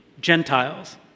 Gentiles